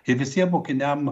ir visiem mokiniam